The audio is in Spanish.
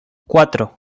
cuatro